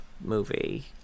movie